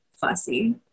fussy